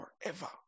forever